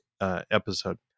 episode